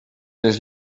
les